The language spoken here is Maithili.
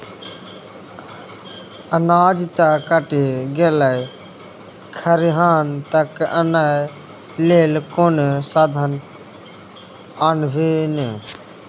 अनाज त कटि गेलै खरिहान तक आनय लेल कोनो साधन आनभी ने